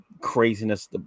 craziness